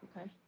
Okay